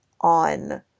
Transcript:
on